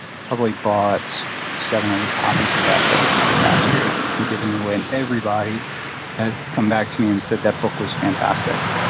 probably bought seven or eight copies of that book over the last year and given it away. and everybody has come back to me and said that book was fantastic.